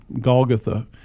Golgotha